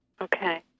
Okay